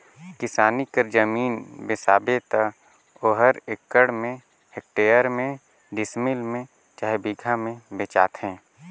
किसानी कर जमीन बेसाबे त ओहर एकड़ में, हेक्टेयर में, डिसमिल में चहे बीघा में बेंचाथे